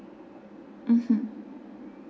mmhmm